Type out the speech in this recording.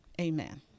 amen